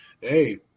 Hey